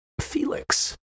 Felix